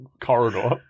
Corridor